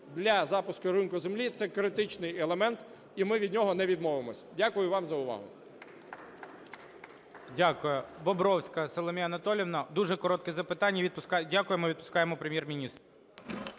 для запуску ринку землі - це критичний елемент і ми від нього не відмовимось. Дякую вам за увагу.